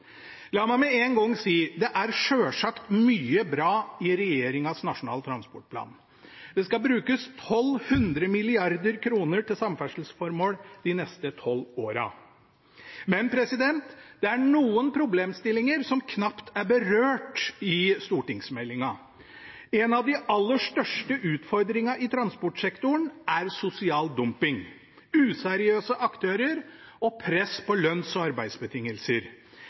La meg med en gang si at det selvsagt er mye bra i regjeringens nasjonale transportplan. Det skal brukes 1 200 mrd. kr til samferdselsformål de neste 12 årene. Men det er noen problemstillinger som knapt er berørt i stortingsmeldingen. En av de aller største utfordringene i transportsektoren er sosial dumping, useriøse aktører og press på lønns- og arbeidsbetingelser.